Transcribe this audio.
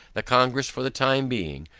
the congress for the time being,